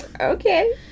Okay